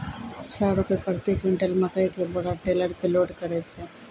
छह रु प्रति क्विंटल मकई के बोरा टेलर पे लोड करे छैय?